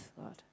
God